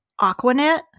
Aquanet